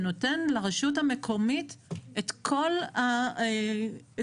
ונותן לרשות המקומית את כל ההחלטה.